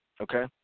Okay